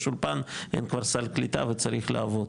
אולפן אין כבר סל קליטה וצריך לעבוד.